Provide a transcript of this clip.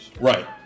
Right